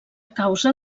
causa